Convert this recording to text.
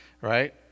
right